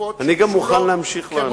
הדחופות שהוגשו לו, אני גם מוכן להמשיך לענות.